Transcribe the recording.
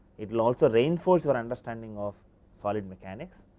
it will also reinforce your understanding of solid mechanics.